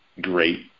great